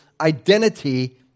identity